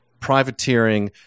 privateering